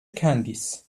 candies